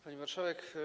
Pani Marszałek!